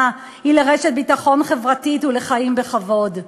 היא לרשת ביטחון חברתית ולחיים בכבוד.